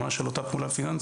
ממש על אותה פעולה פיננסית,